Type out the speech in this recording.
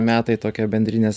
metai tokie bendrinės